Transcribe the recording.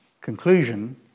conclusion